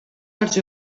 dels